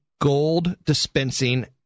gold-dispensing